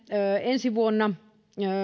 ensi vuonna